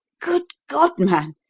good god, man!